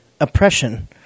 oppression